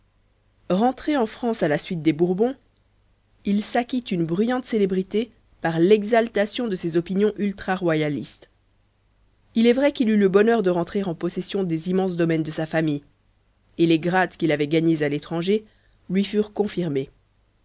rentré en france à la suite des bourbons il s'acquit une bruyante célébrité par l'exaltation de ses opinions ultra royalistes il est vrai qu'il eut le bonheur de rentrer en possession des immenses domaines de sa famille et les grades qu'il avait gagnés à l'étranger lui furent confirmés